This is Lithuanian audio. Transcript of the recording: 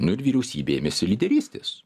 nu ir vyriausybė ėmėsi lyderystės